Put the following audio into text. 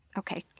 okay,